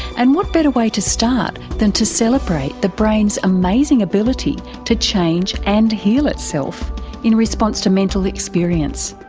and what better way to start than to celebrate the brain's amazing ability to change and heal itself in response to mental experience.